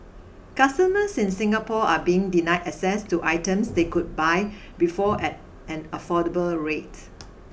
customers in Singapore are being denied access to items they could buy before at an affordable rate